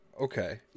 Okay